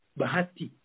bahati